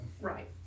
Right